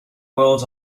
world